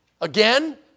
Again